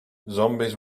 zombies